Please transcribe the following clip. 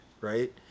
right